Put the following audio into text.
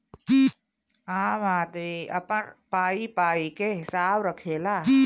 आम आदमी अपन पाई पाई के हिसाब रखेला